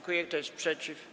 Kto jest przeciw?